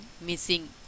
missing